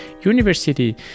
University